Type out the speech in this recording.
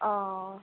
অ